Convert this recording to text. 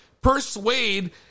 persuade